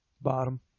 Bottom